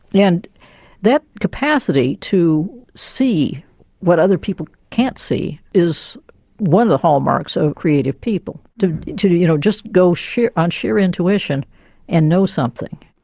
yeah and that capacity to see what other people can't see is one of the hallmarks of creative people. to to you know just go on sheer intuition and know something.